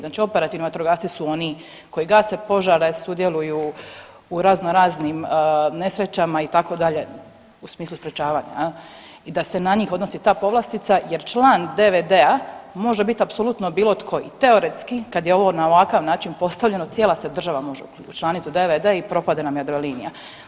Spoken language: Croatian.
Znači operativni vatrogasci su oni koji gase požare, sudjeluju u raznoraznim nesrećama itd. u smislu sprječavanja i da se na njih odnosi ta povlastica jer član DVD-a može biti apsolutno bilo tko i teoretski kada je ovo na ovakav način postavljeno cijela se država može učlanit u DVD i propade nam Jadrolinija.